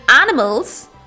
animals